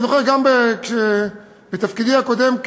אני זוכר גם בתפקידי הקודם,